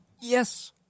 yes